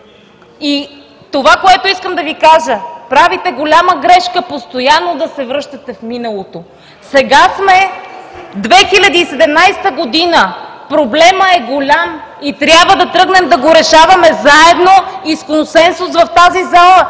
Това, което искам да Ви кажа – правите голяма грешка постоянно да се връщате в миналото. Сега сме 2017 г. Проблемът е голям – трябва да тръгнем да го решаваме заедно и с консенсус в тази зала.